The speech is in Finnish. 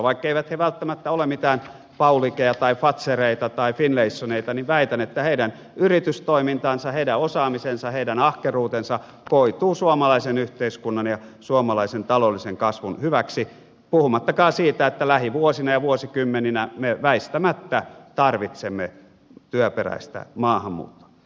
vaikkeivät he välttämättä ole mitään pauligeja tai fazereita tai finlaysoneita niin väitän että heidän yritystoimintansa heidän osaamisensa heidän ahkeruutensa koituu suomalaisen yhteiskunnan ja suomalaisen taloudellisen kasvun hyväksi puhumattakaan siitä että lähivuosina ja vuosikymmeninä me väistämättä tarvitsemme työperäistä maahanmuuttoa